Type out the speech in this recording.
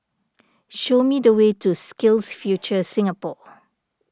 show me the way to SkillsFuture Singapore